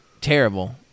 terrible